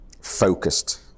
focused